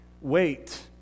Wait